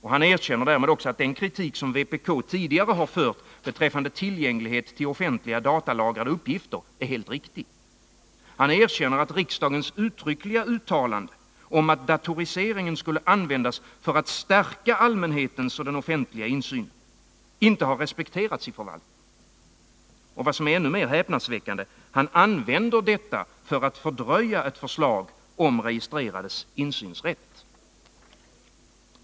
Han erkänner därmed också att den kritik som vpk tidigare framfört beträffande tillgänglighet till offentliga datalagrade uppgifter är helt riktig. Han erkänner att riksdagens uttryckliga uttalande om att datoriseringen skulle användas för att stärka den offentliga insynen inte har respekterats i förvaltningen. Och vad som är ännu mer häpnadsväckande: Han använder detta för att fördröja ett förslag om registrerades insynsrätt.